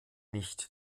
nicht